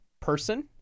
person